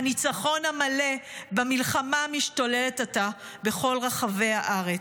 הניצחון המלא במלחמה המשתוללת עתה בכל רחבי הארץ".